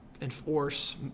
enforce